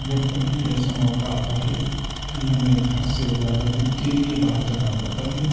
جب کبھی ایسا موقع آتا ہے کہ ہمیں گھر سے زیادہ کے لیے باہرجانا پڑتا ہے